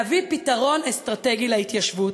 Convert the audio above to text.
להביא פתרון אסטרטגי להתיישבות.